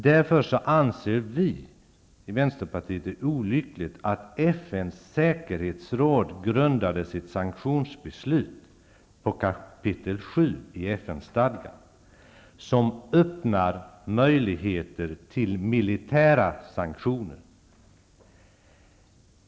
Därför anser vi i Vänsterpartiet det olyckligt att FN:s säkerhetsråd grundade sitt sanktionsbeslut på kapitel VII i FN stadgan, vilket öppnar möjligheter till militära sanktioner.